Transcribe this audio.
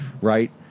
right